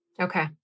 Okay